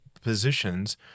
positions